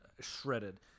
shredded